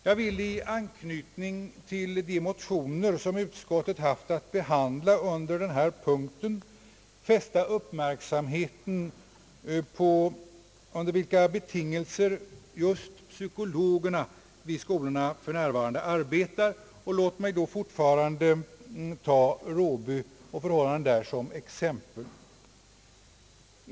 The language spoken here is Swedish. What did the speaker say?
Jag vill i anknytning till de motioner, som utskottet haft att behandla under denna punkt, fästa uppmärksamheten vid de betingelser under vilka psykologerna vid dessa skolor för närvarande arbetar. Låt mig då fortfarande ta Råby och förhållandena där som exempel.